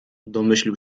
domyślił